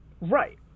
Right